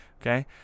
okay